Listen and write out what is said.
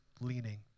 leaning